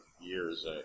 years